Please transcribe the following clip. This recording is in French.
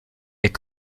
est